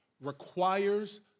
requires